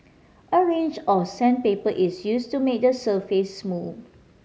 a range of sandpaper is used to made the surface smooth